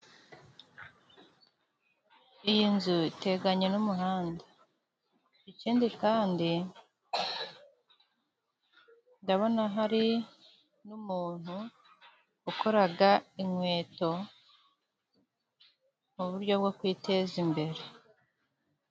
Iyi nzu iteganye n'umuhanda. Ikindi kandi ndabona hari n'umuntu ukoraga inkweto mu buryo bwo kwiteza imbere.